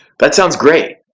that sounds great.